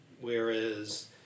Whereas